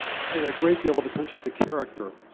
to pay a great deal of attention to character,